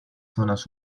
zonas